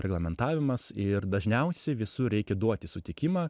reglamentavimas ir dažniausiai visur reikia duoti sutikimą